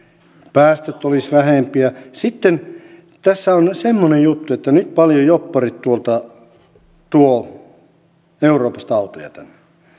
päästöt vähenisivät sitten tässä on semmoinen juttu että nyt paljon jobbarit tuolta euroopasta tuovat autoja tänne